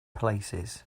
places